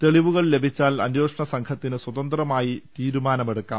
തെളിവുകൾ ലഭിച്ചാൽ അന്വേഷണ സംഘ ത്തിന് സ്വതന്ത്രമായി തീരുമാനം എടുക്കാം